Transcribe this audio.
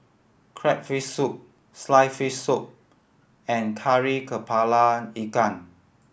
crab fish soup sliced fish soup and Kari Kepala Ikan